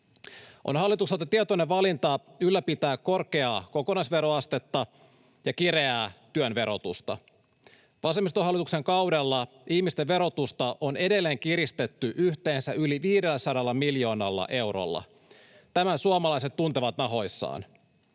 On hallitukselta tietoinen valinta ylläpitää korkeaa kokonaisveroastetta ja kireää työn verotusta. Vasemmistohallituksen kaudella ihmisten verotusta on edelleen kiristetty yhteensä yli 500 miljoonalla eurolla. Tämän suomalaiset tuntevat nahoissaan.